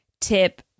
tip